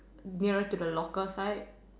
nearer to the locker side